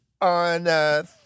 On